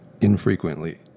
infrequently